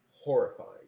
Horrifying